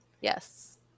Yes